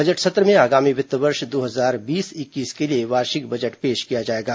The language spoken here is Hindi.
बजट सत्र में आगामी वित्तीय वर्ष दो हजार बीस इक्कीस के लिए वार्षिक बजट पेश किया जाएगा